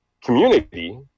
community